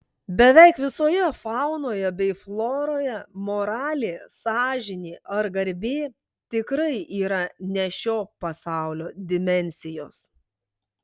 beveik visoje faunoje bei floroje moralė sąžinė ar garbė tikrai yra ne šio pasaulio dimensijos